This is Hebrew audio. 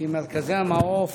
כי מרכזי המעוף